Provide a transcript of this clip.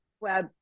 web